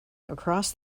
across